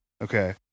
Okay